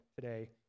today